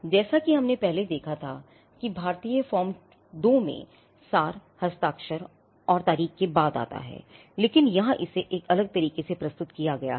जैसा कि हमने पहले देखा था कि भारतीय फॉर्म 2 में सार हस्ताक्षर और तारीख के बाद आता है लेकिन यहां इसे एक अलग तरीके से प्रस्तुत किया गया है